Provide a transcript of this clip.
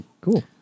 cool